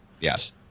Yes